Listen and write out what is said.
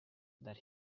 that